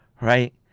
right